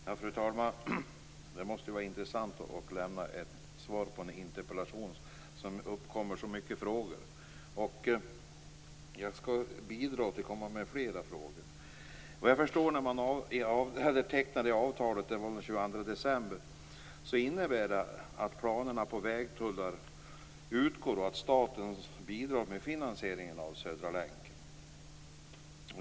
Fru talman! Det måste vara intressant att lämna ett svar på en interpellation som väcker så många frågor. Jag skall bidra med fler frågor. Jag förstår att det tecknade avtalet från den 22 december innebär att planerna på vägtullar utgår och att staten bidrar med finansieringen av Södra länken.